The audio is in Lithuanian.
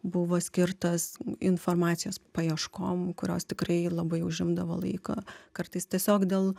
buvo skirtas informacijos paieškom kurios tikrai labai užimdavo laiko kartais tiesiog dėl